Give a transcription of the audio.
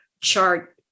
chart